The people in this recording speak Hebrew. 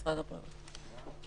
משרד הבריאות.